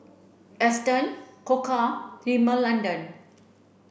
Astons Koka Rimmel London